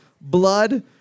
blood